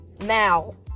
now